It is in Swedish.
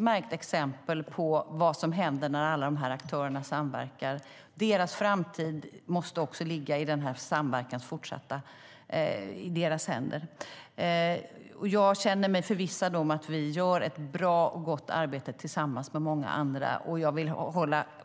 Framtiden och fortsättningen för denna samverkan måste också ligga i deras händer. Jag känner mig förvissad om att vi gör ett bra och gott arbete tillsammans med många andra, och jag vill